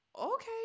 Okay